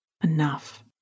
enough